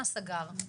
מה סגר.